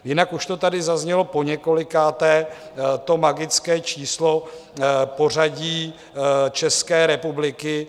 Jinak už to tady zaznělo poněkolikáté, to magické číslo pořadí České republiky.